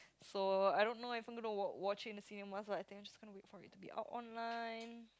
so I don't know if I'm gonna wa~ watch it in the cinemas like I think I'm just gonna wait for it to be out online